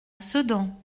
sedan